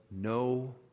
no